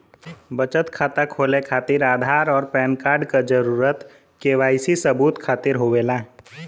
बचत खाता खोले खातिर आधार और पैनकार्ड क जरूरत के वाइ सी सबूत खातिर होवेला